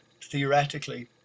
theoretically